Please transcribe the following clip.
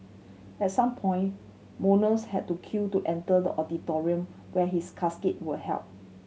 at some point mourners had to queue to enter the auditorium where his casket were held